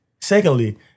Secondly